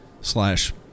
slash